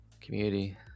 Community